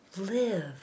Live